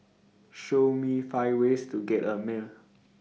Show Me five ways to get A Male